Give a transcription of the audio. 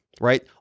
right